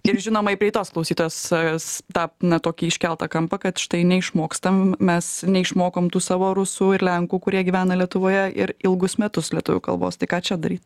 kiek žinoma į praeitos klausytojos tą na tokį iškeltą kampą kad štai neišmokstam mes neišmokom tų savo rusų lenkų kurie gyvena lietuvoje ir ilgus metus lietuvių kalbos tai ką čia daryt